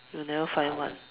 you will never find one